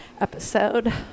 episode